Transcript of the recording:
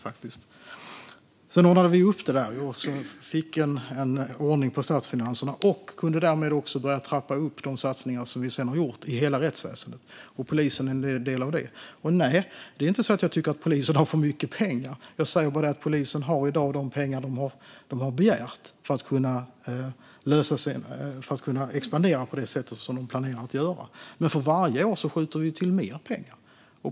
Vi ordnade sedan upp det där och fick ordning på statsfinanserna. Därmed kunde vi också börja trappa upp våra satsningar på rättsväsendet. Vi har gjort satsningar i hela rättsväsendet, inklusive polisen. Nej, det är inte så att jag tycker att polisen har för mycket pengar. Jag säger bara att polisen i dag har de pengar de har begärt för att kunna expandera på det sätt som de planerar att göra. Men för varje år skjuter vi till mer pengar.